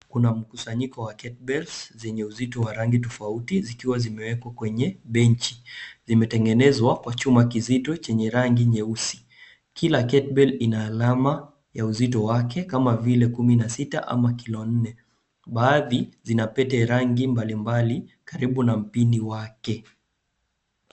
Kuna mkusanyiko wa ketbells zenye uzito wa rangi tofauti zikiwa zimewekwa kwenye benchi. Zimetengenezwa kwa chuma kizito chenye rangi nyeusi. Kila ketbell ina alama ya uzito wake kama vile 16 ama kilone. Baadhi zina pete rangi mbalimbali karibu na mpini wake.